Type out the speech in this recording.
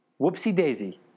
Whoopsie-daisy